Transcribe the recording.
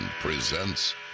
presents